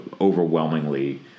overwhelmingly